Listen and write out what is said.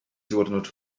diwrnod